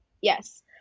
Yes